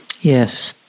Yes